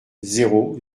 zéro